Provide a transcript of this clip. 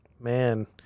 man